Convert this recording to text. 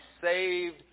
saved